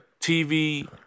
TV